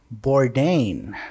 Bourdain